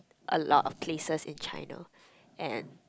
a lot of places in China and